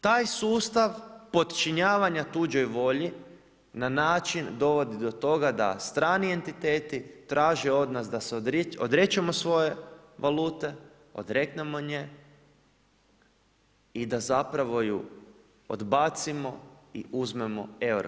Taj sustav podčinjavanja tuđoj volji, na način dovodi do toga, da strani entiteti, traže od nas da se odrečemo svoje valute, odreknemo nje, i da zapravo ju odbacimo i uzmemo euro.